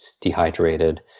dehydrated